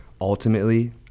ultimately